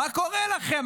מה קורה לכם?